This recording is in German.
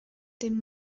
dem